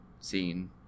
scene